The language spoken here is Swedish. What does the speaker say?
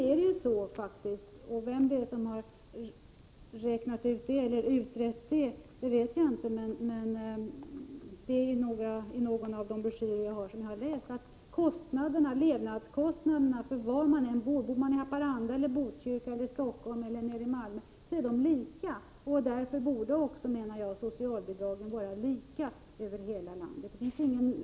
Jag minns inte vem som hade utrett det, men av någon av de broschyrer som jag har läst framgick att levnadskostnaderna är lika stora var man än bor, vare sig det är i Haparanda, Botkyrka, Stockholm eller Malmö. Därför borde också, menar jag, socialbidragen vara lika stora över hela landet.